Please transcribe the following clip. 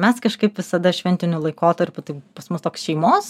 mes kažkaip visada šventiniu laikotarpiu tai pas mus toks šeimos